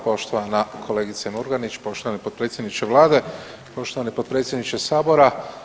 Poštovana kolegice Murganić, poštovani potpredsjedniče Vlade, poštovani potpredsjedniče Sabora.